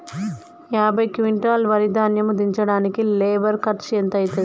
యాభై క్వింటాల్ వరి ధాన్యము దించడానికి లేబర్ ఖర్చు ఎంత అయితది?